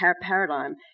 paradigm